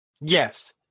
yes